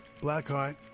Blackheart